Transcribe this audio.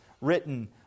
written